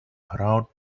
around